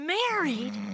married